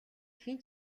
хэн